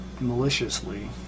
maliciously